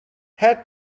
had